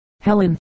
Helen